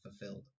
fulfilled